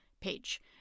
page